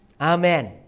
Amen